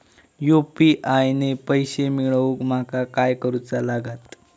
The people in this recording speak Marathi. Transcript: यू.पी.आय ने पैशे मिळवूक माका काय करूचा लागात?